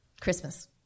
Christmas